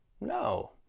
No